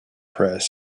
prayers